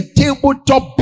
tabletop